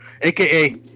aka